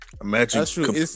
imagine